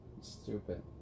Stupid